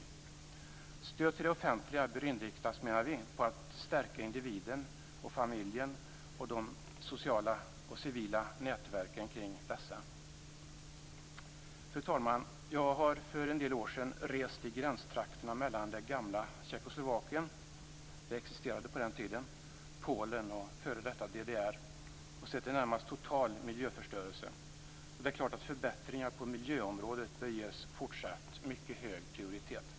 Vi menar att stöd till det offentliga bör inriktas på att stärka individen och familjen och de sociala och civila nätverken kring dessa. Fru talman! Jag reste för en del år sedan i gränstrakterna mellan det gamla Tjeckoslovakien - det existerade på den tiden - Polen och f.d. DDR. Jag såg en närmast total miljöförstörelse. Förbättringar på miljöområdet bör ges fortsatt mycket hög prioritet.